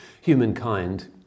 humankind